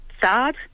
sad